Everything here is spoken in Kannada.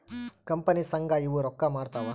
ಕಂಪನಿ ಸಂಘ ಇವು ರೊಕ್ಕ ಮಾಡ್ತಾವ